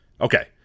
Okay